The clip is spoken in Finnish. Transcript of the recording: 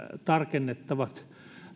tarkennettavat